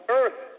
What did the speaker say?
earth